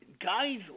guys –